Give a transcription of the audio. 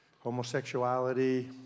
homosexuality